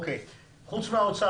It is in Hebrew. נכון?